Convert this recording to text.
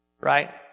Right